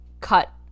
cut